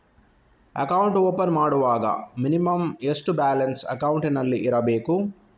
Account open ಮಾಡುವಾಗ minimum ಎಷ್ಟು balance ಅಕೌಂಟಿನಲ್ಲಿ ಇರಬೇಕು?